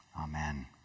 Amen